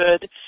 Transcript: good